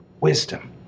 wisdom